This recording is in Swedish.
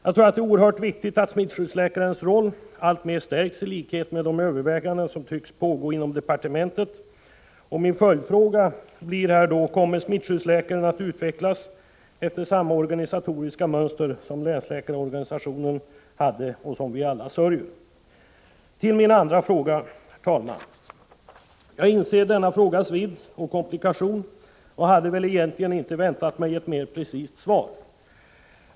Jag tror att det är oerhört viktigt att smittskyddsläkarens roll alltmer stärks på det sätt som man tycks överväga inom departementet. Min följdfråga här blir då: Kommer smittskyddsläkarens verksamhet att utvecklas efter samma organisatoriska mönster som länsläkarorganisationen hade och som vi alla sörjer? När det gäller min andra fråga så inser jag denna frågas vidd och komplikation och hade egentligen inte väntat mig ett mer precist svar.